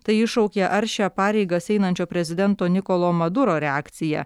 tai iššaukė aršią pareigas einančio prezidento nikolo maduro reakciją